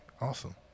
Awesome